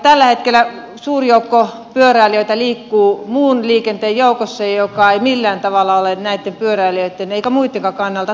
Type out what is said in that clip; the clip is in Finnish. tällä hetkellä suuri joukko pyöräilijöitä liikkuu muun liikenteen joukossa mikä ei millään tavalla ole näitten pyöräilijöitten eikä muittenkaan kannalta turvallista